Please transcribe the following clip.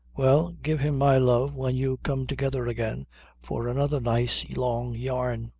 well, give him my love when you come together again for another nice long yarn.